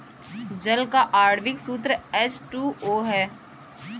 जल का आण्विक सूत्र एच टू ओ है